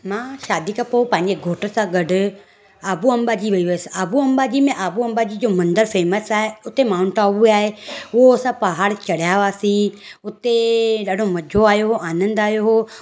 मां शादी खां पोइ पंहिंजे घोठ सां गॾु आबू अम्बा जी वई हुअसि आबू अम्बा जी में आबू अम्बा जी जो मंदर फेमस आहे हुते माउंट आबू बि आहे उहे असां पहाड़ चढ़िया हुआसीं हुते ॾाढो मज़ो आहियो आनंदु आहियो हुओ